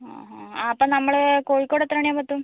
അപ്പം നമ്മൾ കോഴിക്കോട് എത്ര മണിയാകുമ്പം എത്തും